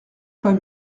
pas